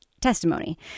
testimony